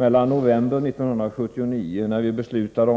I november 1979 beslutade